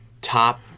top